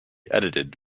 edited